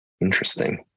Interesting